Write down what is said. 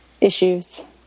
issues